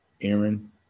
Aaron